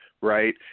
right